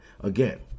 Again